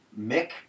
Mick